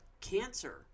cancer